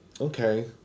okay